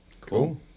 Cool